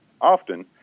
Often